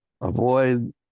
Avoid